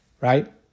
right